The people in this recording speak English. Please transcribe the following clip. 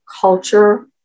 culture